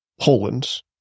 Poland